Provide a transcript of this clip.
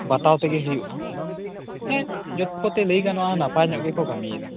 ᱵᱟᱛᱟᱣ ᱛᱮᱜᱮ ᱦᱩᱭᱩᱜᱼᱟ ᱦᱮᱸ ᱡᱚᱛᱚ ᱠᱚᱛᱮ ᱞᱟ ᱭ ᱜᱟᱱᱚᱜᱼᱟ ᱱᱟᱯᱟᱭ ᱧᱚᱜ ᱜᱮᱠᱚ ᱠᱟᱹᱢᱤᱭᱮᱫᱟ